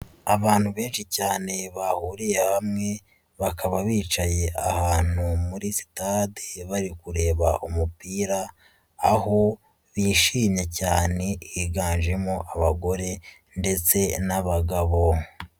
Abantu benshi cyane bahuriye hamwe bakaba bicaye ahantu muri sitade bari kureba umupira, aho bishimye cyane higanjemo abagore ndetse n'abagabo.